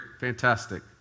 fantastic